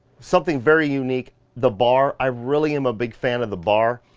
something very unique, the bar, i really am a big fan of the bar.